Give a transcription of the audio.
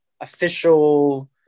official